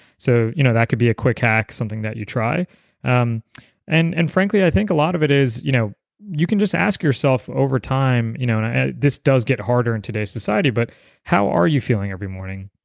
so, you know that could be a quick hack, something that you try um and and frankly, i think a lot of it is you know you can just ask yourself over time, and you know ah this does get harder in today's society, but how are you feeling every morning?